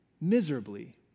miserably